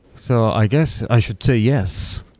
so i guess i should say yes.